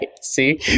see